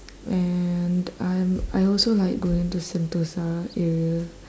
and I'm I also like going to sentosa area